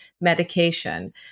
medication